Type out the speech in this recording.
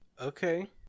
Okay